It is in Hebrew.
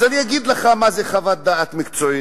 אז אני אגיד לך מה זה חוות דעת מקצועית,